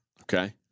Okay